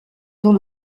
dans